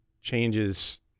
changes